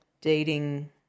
dating